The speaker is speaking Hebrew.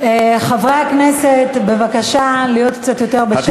חברי הכנסת, בבקשה להיות קצת יותר בשקט.